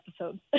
episode